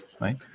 right